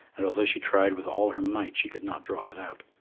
and although she tried with all her might she could not draw it out.